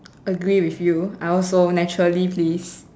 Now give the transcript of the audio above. agree with you I also naturally please